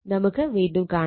നമുക്ക് വീണ്ടും കാണാം